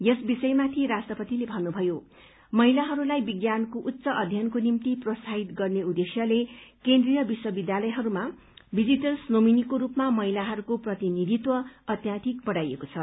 यस विषयमाथि राष्ट्रपतिले भन्नुभयो महिलाहरूलाई विज्ञानको उच्च अध्ययनको निम्ति प्रोत्साहित गर्न उद्देश्यले केन्द्रीय विश्वविद्यालयहरूमा भिजिटर्स नोमिनीको रूपमा महिलाहरूको प्रतिनिधित्व अध्याधिक बढ़ाइएको छ